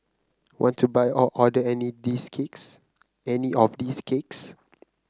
want to buy or order any these cakes any of these cakes